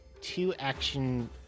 two-action